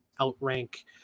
outrank